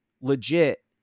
legit